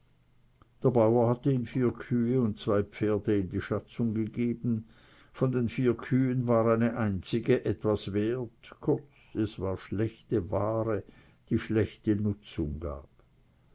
der bauer hatte ihm vier kühe und zwei pferde in die schätzung gegeben von den vier kühen war eine einzige etwas wert kurz es war schlechte ware die schlechte nutzung gab